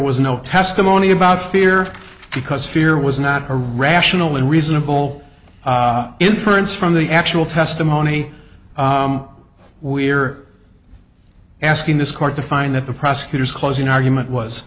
was no testimony about fear because fear was not her rational and reasonable inference from the actual testimony we are asking this court to find at the prosecutor's closing argument was